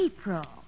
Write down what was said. April